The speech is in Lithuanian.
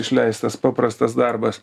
romanas išleistas paprastas darbas